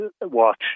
watch